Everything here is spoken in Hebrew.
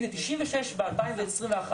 הנה, 96 ב-2021.